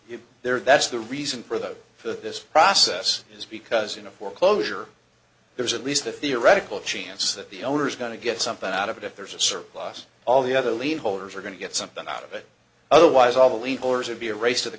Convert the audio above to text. you there that's the reason for that for this process is because you know for closure there is at least a theoretical chance that the owner is going to get something out of it if there's a surplus all the other lead holders are going to get something out of it otherwise all the leaders of be a race to the